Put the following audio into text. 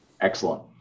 Excellent